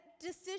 decision